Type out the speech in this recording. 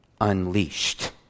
unleashed